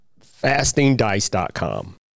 fastingdice.com